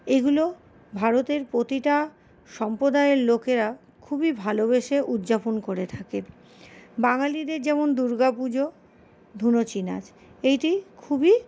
এগুলো ভারতের প্রতিটা সম্প্রদায়ের লোকেরা খুবই ভালোবেসে উদযাপন করে থাকেন বাঙালিদের যেমন দুর্গাপুজো ধুনুচি নাচ এইটি খুবই